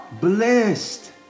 blessed